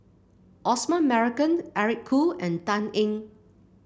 Osman Merican Eric Khoo and Dan Ying